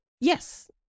Yes